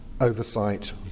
oversight